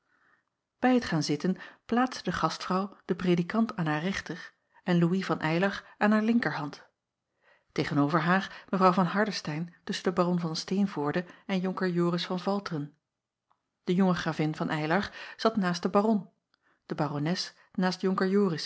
ij het gaan zitten plaatste de gastvrouw den predikant aan haar rechteren ouis van ylar aan haar linkerhand tegen-over haar w van ardestein tusschen den aron van teenvoorde en onker oris van alteren e jonge ravin van ylar zat naast den aron de arones naast onker